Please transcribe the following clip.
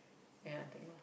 that kind of thing